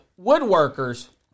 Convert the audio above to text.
woodworkers